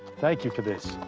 thank you for this.